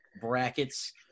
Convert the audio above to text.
brackets